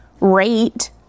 rate